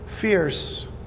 fierce